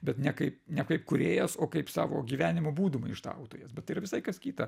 bet ne kaip ne kaip kūrėjas o kaip savo gyvenimo būdu maištautojas bet tai yra visai kas kita